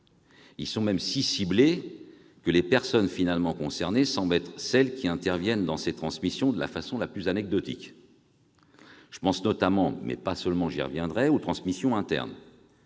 le sont même tellement que les personnes finalement concernées semblent être celles qui interviennent dans ces transmissions de la façon la plus anecdotique. Je pense notamment- mais pas seulement, j'y reviendrai -aux transmissions internes.